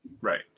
Right